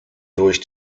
durch